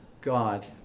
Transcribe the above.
God